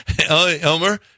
Elmer